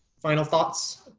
final thoughts?